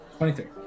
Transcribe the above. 23